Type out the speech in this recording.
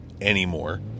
anymore